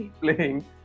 playing